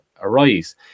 arise